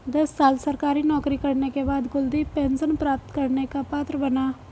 दस साल सरकारी नौकरी करने के बाद कुलदीप पेंशन प्राप्त करने का पात्र बना